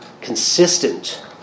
consistent